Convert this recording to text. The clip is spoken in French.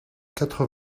quatre